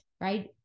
right